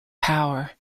power